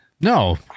No